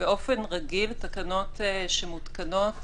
באופן רגיל תקנות שמותקנות